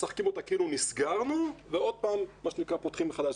"משחקים אותה" כאילו הם נסגרו ועוד פעם פותחים מחדש.